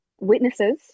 witnesses